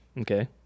Okay